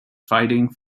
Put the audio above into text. fighting